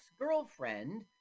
girlfriend